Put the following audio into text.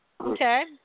Okay